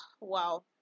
wow